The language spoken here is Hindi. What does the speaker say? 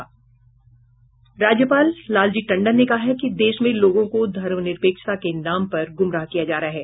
राज्यपाल लालजी टंडन ने कहा है कि देश में लोगों को धर्मनिरपेक्षता के नाम पर गुमराह किया जा रहा है